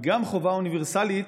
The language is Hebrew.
וגם חובה אוניברסלית,